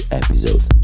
episode